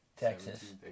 Texas